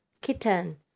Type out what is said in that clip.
kitten